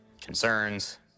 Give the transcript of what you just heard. concerns